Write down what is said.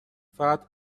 فقط